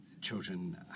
children